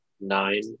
nine